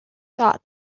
thought